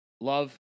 love